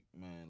man